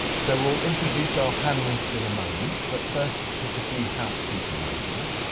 so we'll introduce our panelists in a moment, but first just a few housekeeping items.